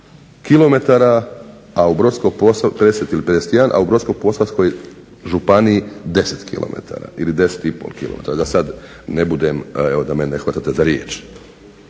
50 km, a u Brodsko-posavskoj županiji 10 km ili 10,5 km da sad ne budem, evo da me ne hvatate za riječ.